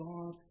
God